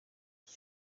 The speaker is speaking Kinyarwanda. iki